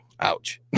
ouch